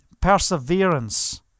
perseverance